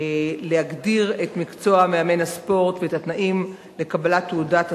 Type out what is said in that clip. להגדיר את מקצוע מאמן הספורט ואת התנאים לקבלת תעודת הסמכה,